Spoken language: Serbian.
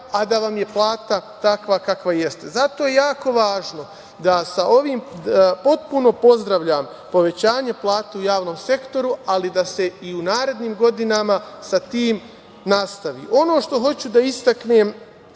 a da vam je plata takva kakva jeste. Zato je jako važno da se sa ovim, potpuno pozdravljam povećanje plata u javnom sektoru, ali da se i u narednim godinama sa tim nastavi. Ono što hoću da istaknem